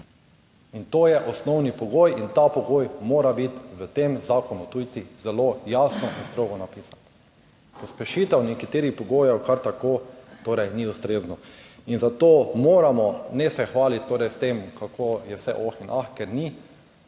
In to je osnovni pogoj in ta pogoj mora biti v tem Zakonu o tujcih zelo jasno in strogo napisan. Pospešitev nekaterih pogojev kar tako torej ni ustrezno. In zato moramo ne se hvaliti torej s tem kako je vse oh in ah, ker ni,